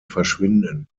verschwinden